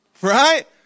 Right